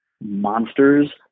monsters